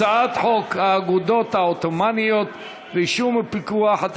הצעת חוק האגודות העות'מאניות (רישום ופיקוח),